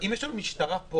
אם יש לנו משטרה פה,